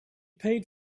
paid